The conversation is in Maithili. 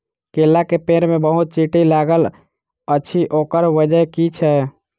केला केँ पेड़ मे बहुत चींटी लागल अछि, ओकर बजय की छै?